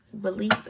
Believe